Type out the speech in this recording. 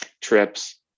trips